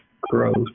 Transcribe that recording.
growth